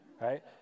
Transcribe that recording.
Right